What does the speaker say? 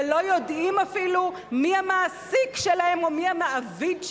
ולא יודעים אפילו מי המעסיק שלהם או מי המעביד שלהם?